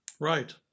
Right